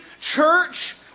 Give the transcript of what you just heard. church